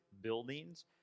buildings